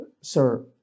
sir